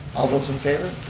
all those in favor?